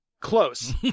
Close